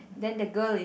then the girl is